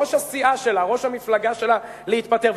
ראש הסיעה שלה, ראש המפלגה שלה, להתפטר.